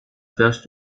fährst